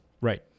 Right